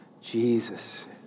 Jesus